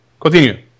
Continue